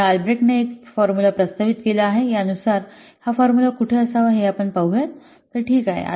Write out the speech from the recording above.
तर या अल्ब्रेक्टने एक सूत्र प्रस्तावित केले आहे आणि या नुसार हे सूत्र कुठे असावे हे पाहू या हे ठीक आहे